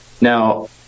Now